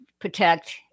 protect